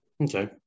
Okay